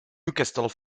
newcastle